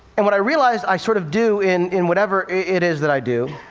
and what i realize i sort of do in in whatever it is that i do,